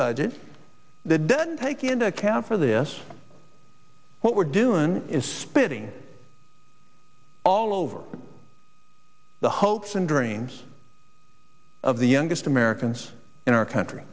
budget the dead take into account for this what we're doing is spitting all over the hopes and dreams of the youngest americans in our country